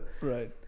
right